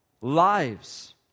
Lives